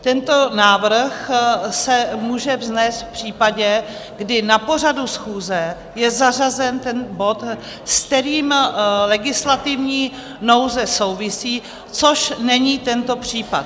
Tento návrh se může vznést v případě, kdy na pořadu schůze je zařazen ten bod, s kterým legislativní nouze souvisí, což není tento případ.